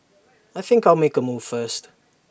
I think I'll make A move first